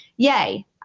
Yay